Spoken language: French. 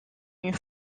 une